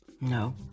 No